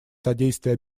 содействие